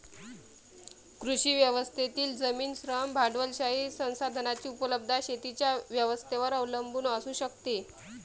कृषी व्यवस्थेतील जमीन, श्रम, भांडवलशाही संसाधनांची उपलब्धता शेतीच्या व्यवस्थेवर अवलंबून असू शकते